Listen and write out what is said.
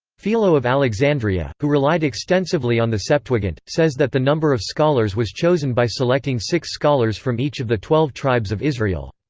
philo of alexandria, who relied extensively on the septuagint, says that the number of scholars was chosen by selecting six scholars from each of the twelve tribes of israel.